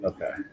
Okay